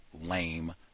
lame